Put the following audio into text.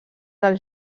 del